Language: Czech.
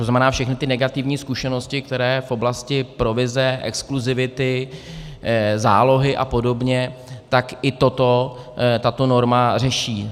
To znamená, všechny ty negativní zkušenosti, které v oblasti provize, exkluzivity, zálohy a podobně, tak i toto tato norma řeší.